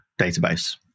database